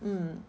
mm